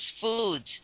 foods